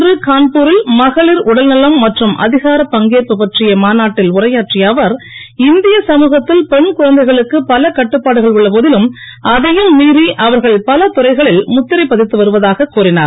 இன்று கான்பூரில் மகளிர் உடல்நலம் மற்றும் அதிகாரப் பங்கேற்பு பற்றிய மாநாட்டில் உரையாற்றிய அவர் இந்திய சமூகத்தில் பெண் குழந்தைகளுக்கு பல கட்டுப்பாடுகள் உள்ள போதிலும் அதையும் மீறி அவர்கள்பல துறைகளில் முத்திரை பதித்து வருவதாக அவர் கூறினார்